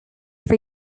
for